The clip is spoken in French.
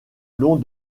long